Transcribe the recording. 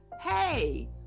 Hey